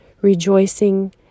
rejoicing